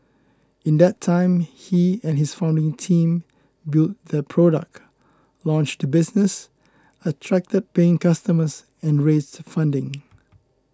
in that time he and his founding team built their product launched business attracted paying customers and raised funding